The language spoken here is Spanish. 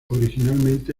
originalmente